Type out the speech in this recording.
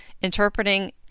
interpreting